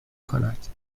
کند